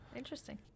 Interesting